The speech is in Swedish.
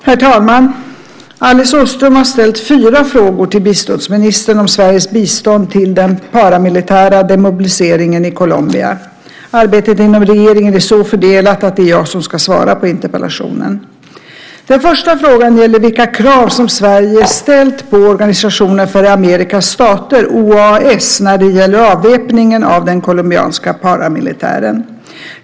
Herr talman! Alice Åström har ställt fyra frågor till biståndsministern om Sveriges bistånd till den paramilitära demobiliseringen i Colombia. Arbetet inom regeringen är så fördelat att det är jag som ska svara på interpellationen. Den första frågan gäller vilka krav som Sverige ställt på Organisationen för Amerikas stater, OAS, när det gäller avväpningen av den colombianska paramilitären.